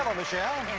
michelle.